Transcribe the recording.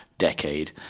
decade